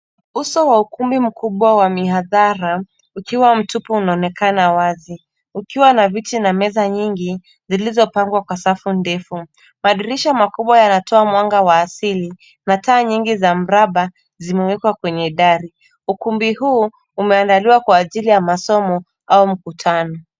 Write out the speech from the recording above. Uso wa ukumbi mkubwa wa mihadhara unaonekana wazi ukiwa mtupu. Kuna viti na meza nyingi zilizopangwa kwa mistari mirefu. Madirisha makubwa yanaruhusu mwanga wa asili kuingia, na taa nyingi za mraba zimewekwa kwenye dari. Ukumbi huu umeandaliwa kwa ajili ya masomo au mkutano.